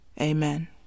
Amen